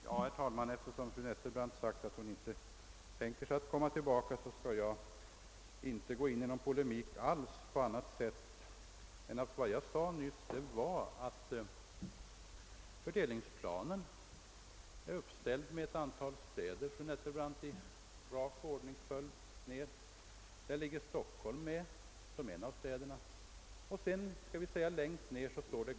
Herr talman! Eftersom fru Nettelbrandt sagt att hon inte tänker åter komma i debatten så skall jag inte gå in i någon polemik. Jag vill dock framhålla, som jag förut nämnde, att fördelningsplanen utgöres av en uppställning av ett antal städer. Stockholm är med som en av städerna, och allra längst ned står KSL.